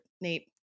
Nate